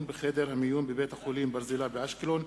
בחדר המיון בבית-החולים "ברזילי" באשקלון,